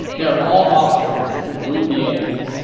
they're all officers to rule the age.